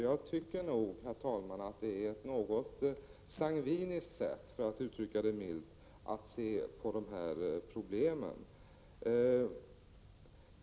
Jag tycker nog, herr talman, att det är ett något sangviniskt sätt, för att uttrycka det milt, att se på det här problemen.